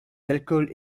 alcools